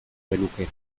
genuke